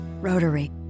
Rotary